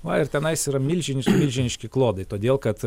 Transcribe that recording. va ir tenais yra milžiniški milžiniški klodai todėl kad